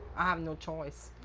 i have no choice.